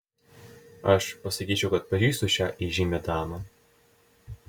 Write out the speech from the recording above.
aš pasakyčiau kad pažįstu šią įžymią damą